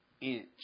inch